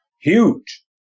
Huge